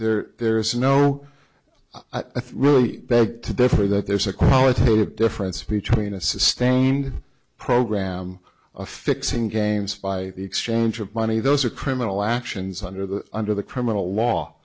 there there is no i think really beg to differ that there's a qualitative difference between a sustained program of fixing games by the exchange of money those are criminal actions under the under the criminal law